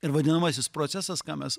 ir vadinamasis procesas ką mes